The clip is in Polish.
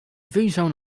wyjrzał